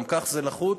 גם כך זה לחוץ.